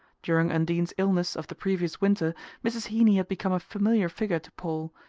during undine's illness of the previous winter mrs. heeny had become a familiar figure to paul,